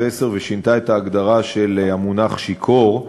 ושינתה את ההגדרה של המונח "שיכור".